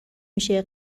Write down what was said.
میشه